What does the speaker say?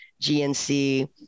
GNC